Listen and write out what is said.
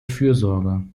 fürsorge